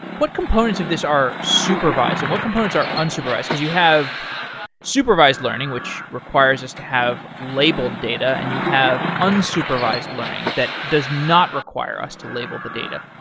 what components of this are supervised and what components are unsupervised? because you have supervised learning, which requires us to have labeled data, and you have unsupervised learning, that does not require us to label the data?